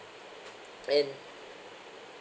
and